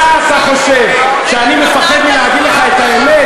מה אתה חושב, שאני מפחד להגיד לך את האמת?